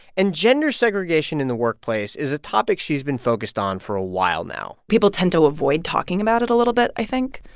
and gender segregation in the workplace is a topic she's been focused on for a while now people tend to avoid talking about it a little bit, i think,